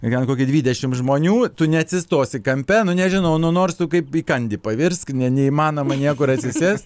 ten kokį dvidešim žmonių tu neatsistosi kampe nu nežinau nors tu kaip į kandį pavirsk ne neįmanoma niekur atsisės